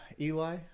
eli